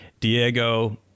diego